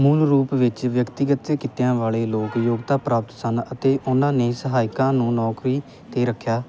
ਮੂਲ ਰੂਪ ਵਿੱਚ ਵਿਅਕਤੀਗਤ ਕਿੱਤਿਆਂ ਵਾਲੇ ਲੋਕ ਯੋਗਤਾ ਪ੍ਰਾਪਤ ਸਨ ਅਤੇ ਉਹਨਾਂ ਨੇ ਸਹਾਇਕਾਂ ਨੂੰ ਨੌਕਰੀ 'ਤੇ ਰੱਖਿਆ